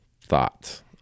thoughts